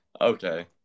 Okay